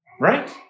Right